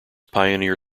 pioneer